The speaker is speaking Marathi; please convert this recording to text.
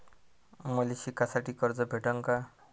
मले शिकासाठी कर्ज भेटन का?